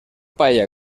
paella